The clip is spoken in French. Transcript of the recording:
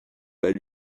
pas